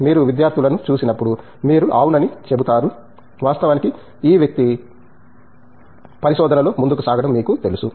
మీరు విద్యార్థుల ను చూసినప్పుడు మీరు అవును అని చెబుతారు వాస్తవానికి ఈ వ్యక్తి పరిశోధనలో ముందుకు సాగడం మీకు తెలుసా